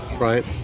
Right